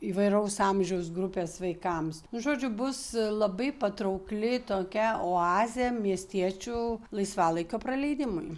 įvairaus amžiaus grupės vaikams nu žodžiu bus labai patraukli tokia oazė miestiečių laisvalaikio praleidimui